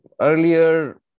Earlier